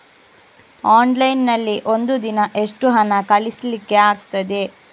Online ನಲ್ಲಿ ಒಂದು ದಿನ ಎಷ್ಟು ಹಣ ಕಳಿಸ್ಲಿಕ್ಕೆ ಆಗ್ತದೆ?